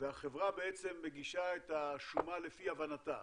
והחברה מגישה את השומה לפי הבנתה,